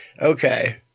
Okay